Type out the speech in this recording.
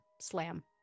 slam